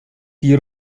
die